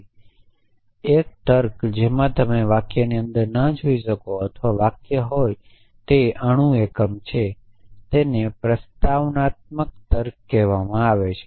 તેથી એક તર્ક જેમાં તમે વાક્યની અંદર ન જોઈ શકો અથવા વાક્ય હતા તે અણુ એકમ છે તેને પ્રોપ્રોજીશનલતર્ક કહેવામાં આવે છે